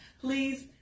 please